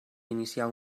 iniciar